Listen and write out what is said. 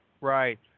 Right